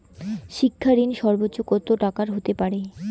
শিক্ষা ঋণ সর্বোচ্চ কত টাকার হতে পারে?